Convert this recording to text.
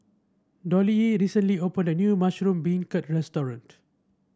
Dollye recently opened a new Mushroom Beancurd restaurant